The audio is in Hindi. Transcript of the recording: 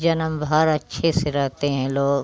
जन्मभर अच्छे से रहते हैं लोग